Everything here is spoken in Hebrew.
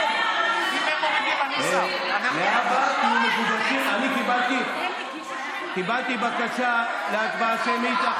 אני קיבלתי בקשה להצבעה שמית,